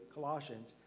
Colossians